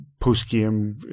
post-game